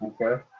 Okay